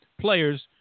players